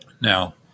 Now